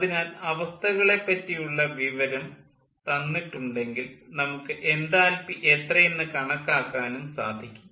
അതിനാൽ അവസ്ഥകളെപ്പറ്റിയുള്ള വിവരം തന്നിട്ടിട്ടുണ്ടെങ്കിൽ നമുക്ക് എൻതാൽപ്പി എത്രയെന്ന് കണക്കാക്കാനും സാധിക്കും